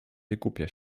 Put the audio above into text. wygłupia